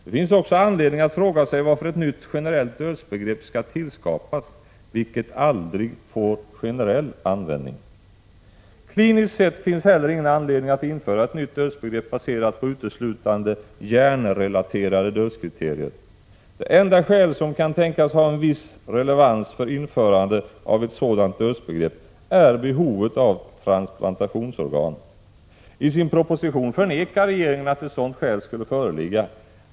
Det finns också anledning att fråga sig varför ett nytt generellt dödsbegrepp skall tillskapas, vilket aldrig får generell användning. Kliniskt sett finns heller ingen anledning att införa ett nytt dödsbegrepp baserat på uteslutande hjärnrelaterade dödskriterier. Det enda skäl som kan tänkas ha en viss relevans för införande av ett sådant dödsbegrepp är behovet av transplantationsorgan. I sin proposition förnekar regeringen att ett sådant skäl skulle föreligga.